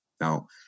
Now